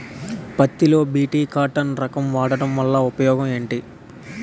పత్తి లో BT cotton రకం వాడకం వల్ల ఉపయోగం ఏమిటి?